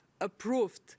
approved